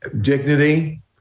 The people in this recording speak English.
dignity